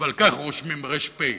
ועל כך רושמים ר"פ,